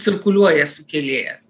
cirkuliuoja sukėlėjas